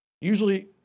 Usually